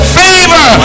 favor